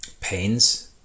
pains